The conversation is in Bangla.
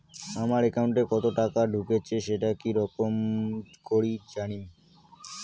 আমার একাউন্টে কতো টাকা ঢুকেছে সেটা কি রকম করি জানিম?